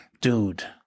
Dude